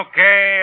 Okay